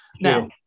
Now